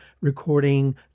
recording